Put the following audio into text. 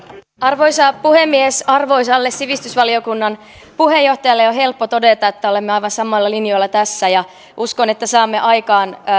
arvoisa puhemies arvoisalle sivistysvaliokunnan puheenjohtajalle on helppo todeta että olemme aivan samoilla linjoilla tässä ja uskon että saamme aikaan